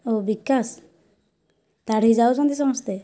ଓ ବିକାଶ ତା' ଠିକୁ ଯାଉଛନ୍ତି ସମସ୍ତେ